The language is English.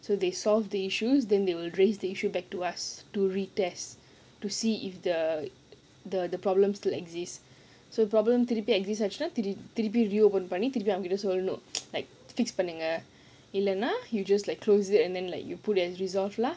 so they solve the issues then they will raise the issue back to us to retest to see if th~ the problem still exists so the problem திருப்பி:thiruppi exist ஆச்சுன்னா:achunaa like பண்ணி:panni you just like close it and then like put it as resolve lah